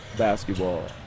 basketball